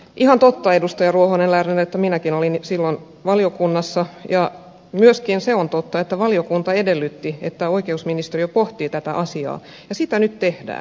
ihan totta edustaja ruohonen lerner että minäkin olin silloin valiokunnassa ja myöskin se on totta että valiokunta edellytti että oikeusministeriö pohtii tätä asiaa ja sitä nyt tehdään